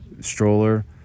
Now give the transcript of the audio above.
stroller